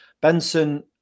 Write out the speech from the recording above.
Benson